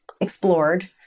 explored